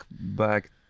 back